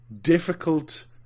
Difficult